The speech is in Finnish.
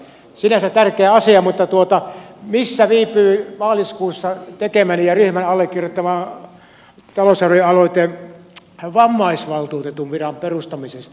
sinänsä tärkeä asia mutta missä viipyy maaliskuussa tekemäni ja ryhmän allekirjoittama talousarvioaloite vammaisvaltuutetun viran perustamisesta